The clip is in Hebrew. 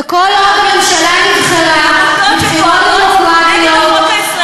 וכל עוד הממשלה נבחרה בבחירות דמוקרטיות,